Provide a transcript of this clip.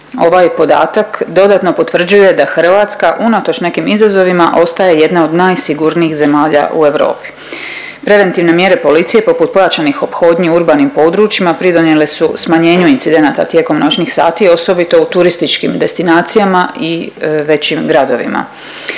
Ovaj podatak dodatno potvrđuje da Hrvatska unatoč nekim izazovima ostaje jedna od najsigurnijih zemalja u Europi. Preventivne mjere policije poput pojačanih ophodnji urbanim područjima pridonijele su smanjenju incidenata tijekom noćnih sati osobito u turističkim destinacijama i većim gradovima.